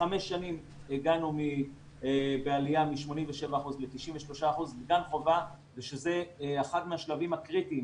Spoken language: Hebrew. בחמש שנים הגענו בעלייה מ-87% ל-93% שזה אחד מהשלבים הקריטיים